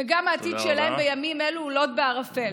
וגם העתיד שלהן בימים אלו לוט בערפל.